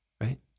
right